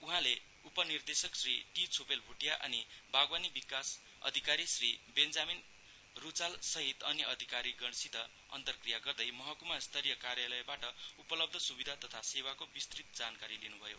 उहाँले उपनिर्देशक श्री टी छोपेल भोटिया अनि बागवानी विकास अधिकारी श्री बेन्जामीन रूचाल सहित अन्य अधिकारीगणसित अन्तरक्रिया गर्दै महकुमा स्तरीय कार्यालयबाट उपलब्ध सुविधा तथा सेवाको विस्तृत जानकारी लिनुभयो